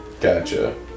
Gotcha